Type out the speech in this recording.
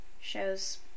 shows